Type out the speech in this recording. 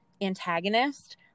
antagonist